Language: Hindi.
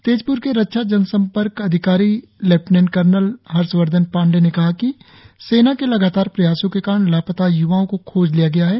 तेजप्र के रक्षा जनसम्पर्क अधिकारी लेफ्टिनेंट कर्नल हर्ष वर्धन पांडे ने कहा कि सेना के लगातार प्रयासों के कारण लापता य्वाओं को खोज लिया गया है